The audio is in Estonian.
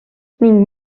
ning